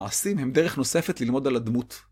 מעשים הם דרך נוספת ללמוד על הדמות.